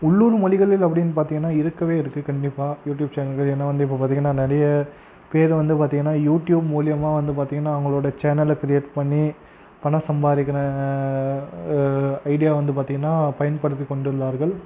உள்ளூர் மொழிகளில் அப்படினு பார்த்திங்கனா இருக்கவே இருக்குது கண்டிப்பாக யூடியூப் சேனல்கள் ஏன்னா வந்து இப்போ பார்த்திங்கனா நிறைய பேர் வந்து பார்த்திங்கனா யூடியூப் மூலயமா வந்து பார்த்திங்கனா அவங்களோட சேனலை க்ரீயேட் பண்ணி பணம் சம்பாதிக்கணும் ஐடியா வந்து பார்த்திங்கனா பயன்படுத்தி கொண்டுள்ளார்கள்